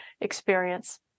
experience